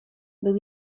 był